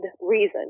reason